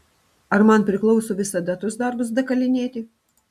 ar man priklauso visada tuos darbus dakalinėti